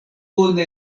bona